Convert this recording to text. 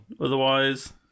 Otherwise